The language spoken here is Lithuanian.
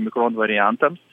mikron variantams